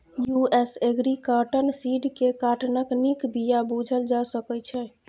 US agri cotton seed केँ काँटनक नीक बीया बुझल जा सकै छै